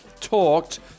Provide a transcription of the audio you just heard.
talked